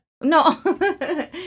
No